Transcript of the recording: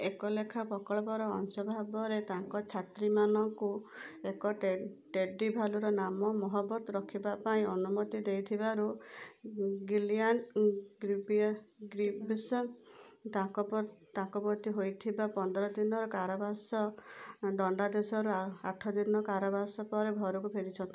ଏକ ଲେଖା ପ୍ରକଳ୍ପର ଅଂଶ ଭାବରେ ତାଙ୍କ ଛାତ୍ରୀମାନଙ୍କୁ ଏକ ଟେଡ଼ି ଭାଲୁର ନାମ ମହମ୍ମଦ ରଖିବା ପାଇଁ ଅନୁମତି ଦେଇଥିବାରୁ ଗିଲିଆନ୍ ଗିବନ୍ସ ତାଙ୍କ ପ୍ରତି ହେଇଥିବା ପନ୍ଦର ଦିନର କାରାବାସ ଦଣ୍ଡାଦେଶରୁ ଆଠଦିନ କାରାବାସ ପରେ ଘରକୁ ଫେରିଛନ୍ତି